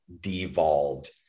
devolved